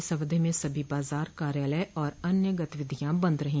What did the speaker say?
इस अवधि म सभी बाजार कार्यालय और अन्य गतिविधियां बंद रहीं